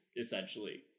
essentially